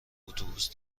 اتوبوس